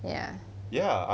ya